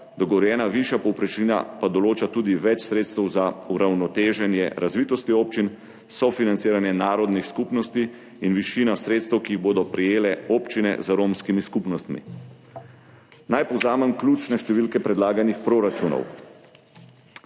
dogovorjena višja povprečnina pa določa tudi več sredstev za uravnoteženje razvitosti občin, sofinanciranje narodnih skupnosti in višja sredstva, ki jih bodo prejele občine z romskimi skupnostmi. Naj povzamem ključne številke predlaganih proračunov.